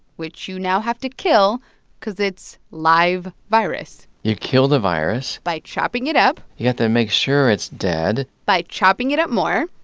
which you now have to kill because it's live virus you kill the virus by chopping it up you have to make sure it's dead by chopping it up more.